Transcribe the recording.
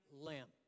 lamp